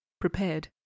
prepared